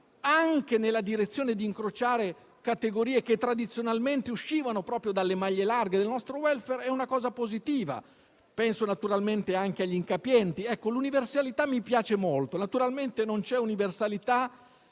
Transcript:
anche nella direzione di incrociare categorie che tradizionalmente uscivano dalle maglie larghe del nostro *welfare* è una cosa positiva (penso naturalmente anche gli incapienti). L'universalità mi piace molto. Naturalmente non c'è universalità